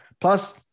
Plus